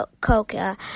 coca